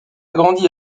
grandi